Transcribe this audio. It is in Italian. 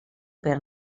per